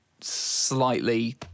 slightly